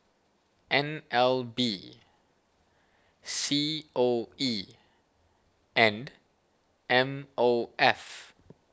N L B C O E and M O F